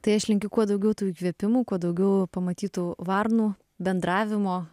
tai aš linkiu kuo daugiau tų įkvėpimų kuo daugiau pamatytų varnų bendravimo